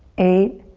eight,